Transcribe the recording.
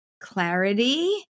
clarity